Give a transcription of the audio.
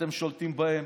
אתם שולטים בהן,